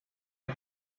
del